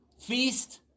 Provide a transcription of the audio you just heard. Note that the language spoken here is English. feast